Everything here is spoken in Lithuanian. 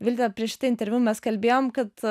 vilte pieš tai interviu mes kalbėjom kad